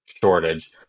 shortage